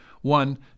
One